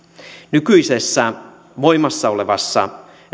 nykyisessä voimassa olevassa